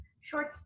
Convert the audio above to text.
short